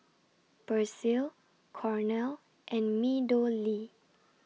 Persil Cornell and Meadowlea